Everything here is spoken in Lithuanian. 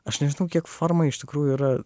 aš nežinau kiek forma iš tikrųjų yra